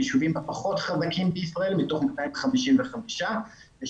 הישובים הפחות חזקים בישראל מתוך 255 ושם,